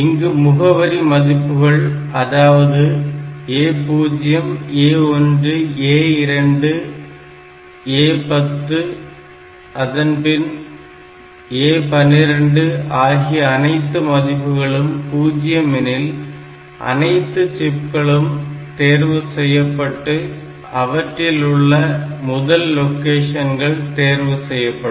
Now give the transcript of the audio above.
இங்கு முகவரி மதிப்புகள் அதாவது A0 A1 A2 A10 அதன்பின் A12 ஆகிய அனைத்து மதிப்புகளும் 0 எனில் அனைத்து சிப்களும் தேர்வுசெய்யப்பட்டு அவற்றில் உள்ள முதல் லொகேஷன்கள் தேர்வு செய்யப்படும்